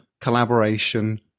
collaboration